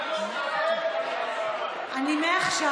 מעכשיו,